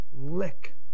Lick